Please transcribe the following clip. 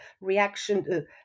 reaction